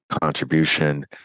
contribution